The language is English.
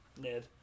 Ned